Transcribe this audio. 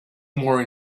more